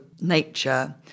nature